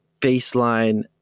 baseline